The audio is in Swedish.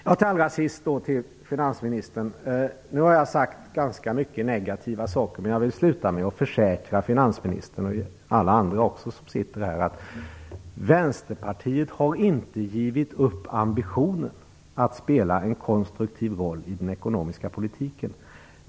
Allra sist till finansministern: Nu har jag sagt ganska mycket negativa saker, men jag vill avsluta med att försäkra finansministern och alla andra som sitter här att Vänsterpartiet inte har givit upp ambitionen att spela en konstruktiv roll i den ekonomiska politiken.